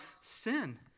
sin